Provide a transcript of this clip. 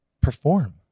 perform